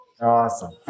Awesome